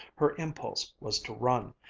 her impulse was to run,